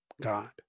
God